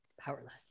powerless